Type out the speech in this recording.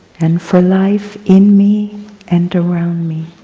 and for life in me and around me.